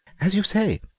as you say,